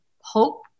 hope